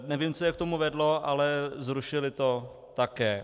Nevím, co je k tomu vedlo, ale zrušili to také.